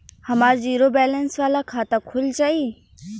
हमार zero balance वाला खाता खुल जाई?